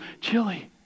Chili